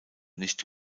nicht